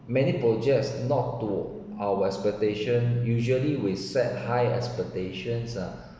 many projects not to our expectation usually we set high expectations ah